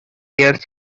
years